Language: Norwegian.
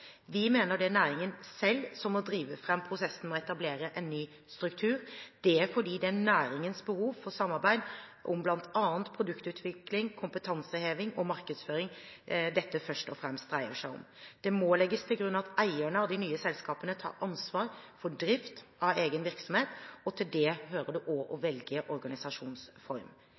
Vi mener det er næringen selv som må drive fram prosessen med å etablere en ny struktur. Det er fordi det er næringens behov for samarbeid om bl.a. produktutvikling, kompetanseheving og markedsføring dette først og fremst dreier seg om. Det må legges til grunn at eierne av de nye selskapene tar ansvar for drift av egen virksomhet. Til dette hører også å velge organisasjonsform.